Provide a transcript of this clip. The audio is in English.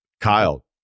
Kyle